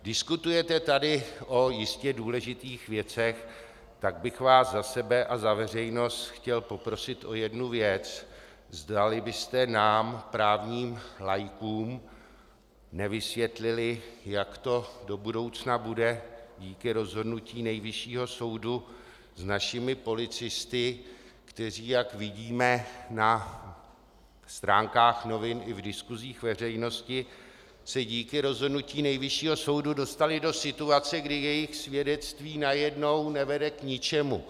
Diskutujete tady jistě o důležitých věcech, tak bych vás za sebe a za veřejnost chtěl poprosit o jednu věc zdali byste nám, právním laikům, nevysvětlili, jak to do budoucna bude díky rozhodnutí Nejvyššího soudu s našimi policisty, kteří, jak vidíme na stránkách novin i v diskusích veřejnosti, se díky rozhodnutí Nejvyššího soudu dostali do situace, kdy jejich svědectví najednou nevede k ničemu.